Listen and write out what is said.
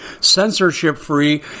censorship-free